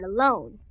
alone